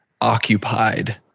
occupied